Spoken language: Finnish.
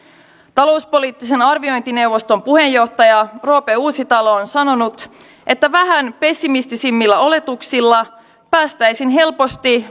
talouspoliittisen arviointineuvoston puheenjohtaja roope uusitalo on sanonut että vähän pessimistisemmillä oletuksilla päästäisiin helposti